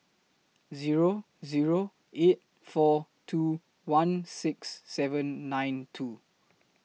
Zero Zero eight four two one six seven nine two